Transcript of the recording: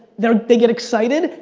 they they get excited,